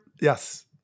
Yes